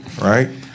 Right